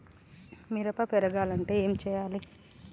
మిరప పెరగాలంటే ఏం పోయాలి?